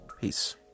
Peace